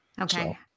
okay